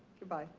goodbye.